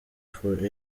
for